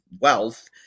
wealth